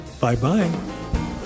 Bye-bye